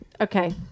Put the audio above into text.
okay